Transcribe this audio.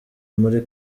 muri